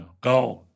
Gone